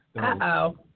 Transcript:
Uh-oh